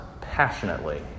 passionately